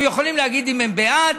הם יכולים להגיד אם הם בעד,